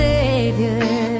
Savior